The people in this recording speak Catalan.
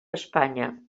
espanya